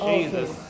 Jesus